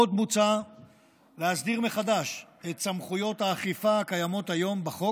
עוד מוצע להסדיר מחדש את סמכויות האכיפה הקיימות היום בחוק,